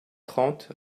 trente